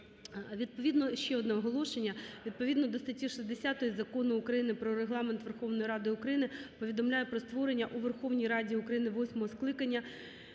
Відповідно до статті 60 Закону України "Про Регламент Верховної Ради України" повідомляю про створення у Верховній Раді України восьмого скликання